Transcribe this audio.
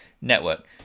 network